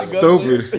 stupid